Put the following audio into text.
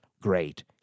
great